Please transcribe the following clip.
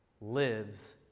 lives